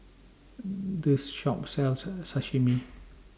This Shop sells Sashimi